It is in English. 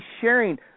sharing